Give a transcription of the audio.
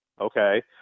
Okay